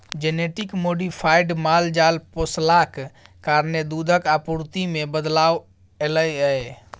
genetic modified माल जाल पोसलाक कारणेँ दुधक आपुर्ति मे बदलाव एलय यै